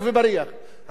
רק בממשלת ישראל,